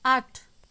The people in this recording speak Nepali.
आठ